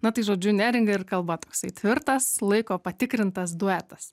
na tai žodžiu neringa ir kalba toksai tvirtas laiko patikrintas duetas